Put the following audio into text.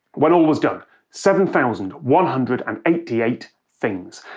when all was done seven thousand one hundred and eighty eight things.